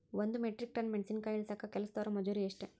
ಒಂದ್ metric ton ಮೆಣಸಿನಕಾಯಿ ಇಳಸಾಕ್ ಕೆಲಸ್ದವರ ಮಜೂರಿ ಎಷ್ಟ?